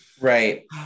Right